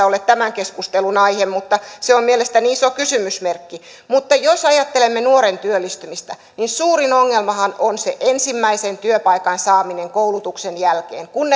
ole tämän keskustelun aihe mutta se on mielestäni iso kysymysmerkki mutta jos ajattelemme nuoren työllistymistä niin suurin ongelmahan on se ensimmäisen työpaikan saaminen koulutuksen jälkeen kun